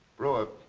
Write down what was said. brewer,